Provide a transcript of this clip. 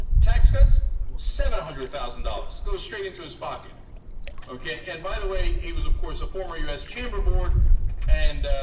tax cuts several hundred thousand dollars go straight into his pocket okay and by the way he was of course of four u s chamber board and